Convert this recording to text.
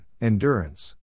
endurance